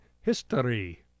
history